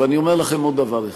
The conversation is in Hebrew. ואני אומר לכם עוד דבר אחד,